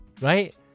right